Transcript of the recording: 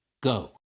Go